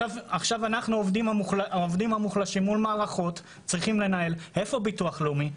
העובדים המוחלשים צריכים להתנהל מול מערכות איפה הביטוח הלאומי?